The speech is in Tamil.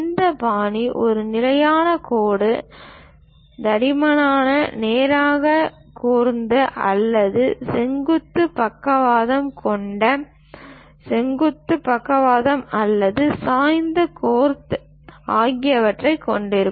இந்த பாணி ஒரு நிலையான கோடு தடிமன் நேராக கோதிக் அல்லது செங்குத்து பக்கவாதம் கொண்ட செங்குத்து பக்கவாதம் அல்லது சாய்ந்த கோதிக் ஆகியவற்றைக் கொண்டிருக்கும்